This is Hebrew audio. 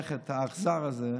תחנך את האכזר הזה.